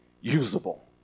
usable